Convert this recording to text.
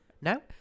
No